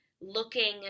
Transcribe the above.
looking